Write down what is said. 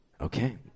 Okay